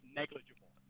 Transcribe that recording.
negligible